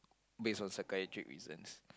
based on psychiatric reasons